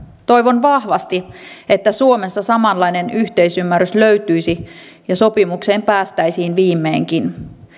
toivon vahvasti että suomessa samanlainen yhteisymmärrys löytyisi ja sopimukseen päästäisiin viimeinkin